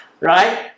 right